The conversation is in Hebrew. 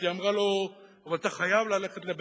אז היא אמרה לו: אבל אתה חייב לבית-הספר,